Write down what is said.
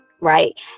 right